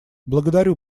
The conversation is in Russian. благодарю